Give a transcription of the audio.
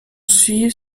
suivent